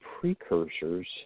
precursors